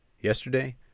Yesterday